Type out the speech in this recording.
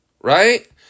Right